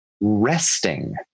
resting